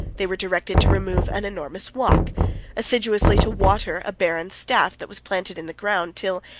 they were directed to remove an enormous rock assiduously to water a barren staff, that was planted in the ground, till,